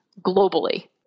globally